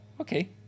okay